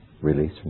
release